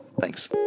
thanks